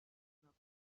smoke